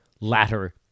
latter